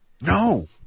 No